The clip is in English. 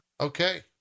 okay